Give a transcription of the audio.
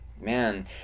man